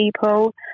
people